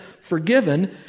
forgiven